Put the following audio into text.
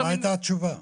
מה הייתה התשובה שלו?